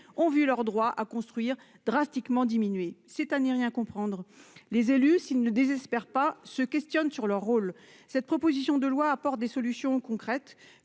ont vu leurs droits à construire drastiquement diminué cette année rien comprendre. Les élus s'il ne désespère pas se questionne sur leur rôle. Cette proposition de loi apporte des solutions concrètes